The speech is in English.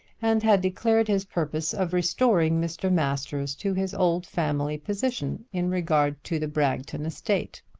and had declared his purpose of restoring mr. masters to his old family position in regard to the bragton estate.